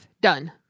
Done